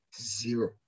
zero